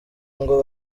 ngo